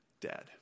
dead